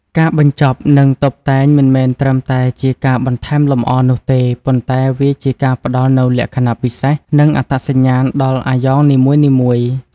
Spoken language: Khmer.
ការបញ្ចប់និងតុបតែងមិនមែនត្រឹមតែជាការបន្ថែមលម្អនោះទេ ប៉ុន្តែវាជាការផ្តល់នូវលក្ខណៈពិសេសនិងអត្តសញ្ញាណដល់អាយ៉ងនីមួយៗ។